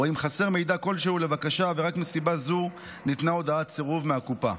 או אם חסר מידע כלשהו בבקשה ורק מסיבה זו ניתנה הודעת סירוב מהקופה.